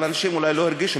אבל אנשים אולי לא הרגישו,